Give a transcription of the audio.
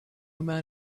man